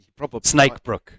Snakebrook